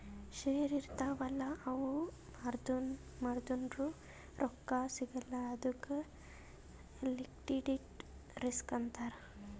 share ಇರ್ತಾವ್ ಅಲ್ಲ ಅವು ಮಾರ್ದುರ್ನು ರೊಕ್ಕಾ ಸಿಗಲ್ಲ ಅದ್ದುಕ್ ಲಿಕ್ವಿಡಿಟಿ ರಿಸ್ಕ್ ಅಂತಾರ್